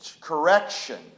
correction